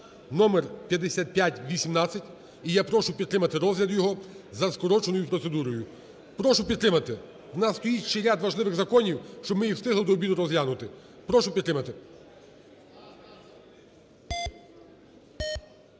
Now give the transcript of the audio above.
(№ 5518). І я прошу підтримати розгляд його за скороченою процедурою, прошу підтримати. У нас стоїть ще ряд важливих законів, щоб ми їх встигли до обіду розглянути. Прошу підтримати.